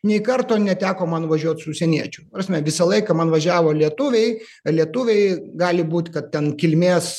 nė karto neteko man važiuot su užsieniečiu ta prasme visą laiką man važiavo lietuviai lietuviai gali būt kad ten kilmės